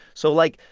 so, like,